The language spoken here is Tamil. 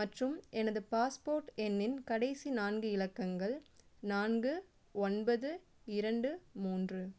மற்றும் எனது பாஸ்போர்ட் எண்ணின் கடைசி நான்கு இலக்கங்கள் நான்கு ஒன்பது இரண்டு மூன்று